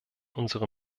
unsere